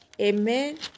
Amen